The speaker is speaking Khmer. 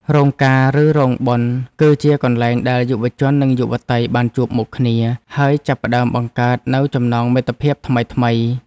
រោងការឬរោងបុណ្យ គឺជាកន្លែងដែលយុវជននិងយុវតីបានជួបមុខគ្នា ហើយចាប់ផ្ដើមបង្កើតនូវចំណងមិត្តភាពថ្មីៗ។